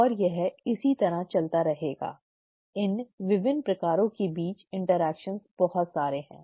और यह इसी तरह चलता रहेगा इन विभिन्न प्रकारों के बीच बातचीत बहुत सारे हैं